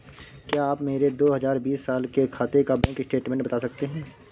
क्या आप मेरे दो हजार बीस साल के खाते का बैंक स्टेटमेंट बता सकते हैं?